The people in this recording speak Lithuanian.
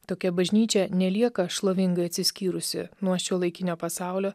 tokia bažnyčia nelieka šlovingai atsiskyrusi nuo šiuolaikinio pasaulio